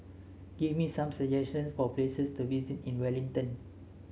give me some suggestions for places to visit in Wellington